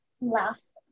last